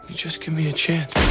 just give me a chance.